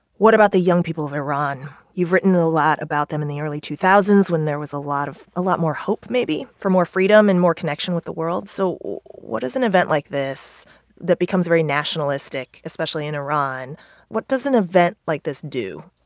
what about the young people of iran? you've written a lot about them in the early two when there was a lot of a lot more hope, maybe, for more freedom and more connection with the world. so what does an event like this that becomes very nationalistic, especially in iran what does an event like this do,